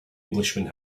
englishman